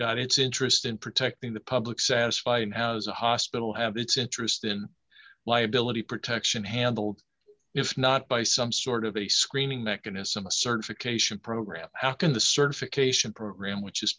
got its interest in protecting the public satisfied and has the hospital have its interest in liability protection handled if not by some sort of a screening mechanism a certification program how can the certification program which is